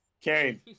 carrie